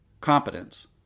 competence